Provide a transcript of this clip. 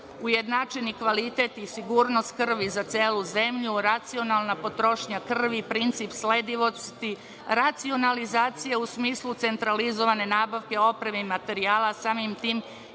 ujednačeni kvalitet i sigurnost krvi za celu zemlju, racionalna potrošnja krvi, princip sledivosti, racionalizacija u smislu centralizovane nabavke opreme i materijala, samim tim